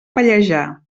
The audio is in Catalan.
pallejà